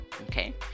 Okay